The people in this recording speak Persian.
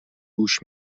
گوش